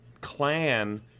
clan